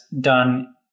done